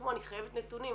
תשמעו אני חייבת נתונים,